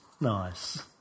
Nice